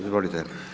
Izvolite.